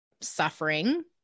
suffering